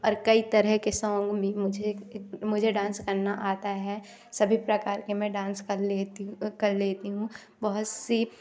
और कई तरह के सॉन्ग भी मुझे मुझे डांस करना आता है सभी प्रकार के में डांस कर लेती कर लेती हूँ बहुत सी